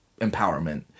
empowerment